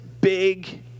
big